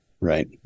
Right